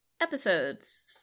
episodes